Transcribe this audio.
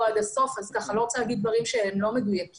עד הסוף אז אני לא רוצה להגיד דברים שהם לא מדויקים.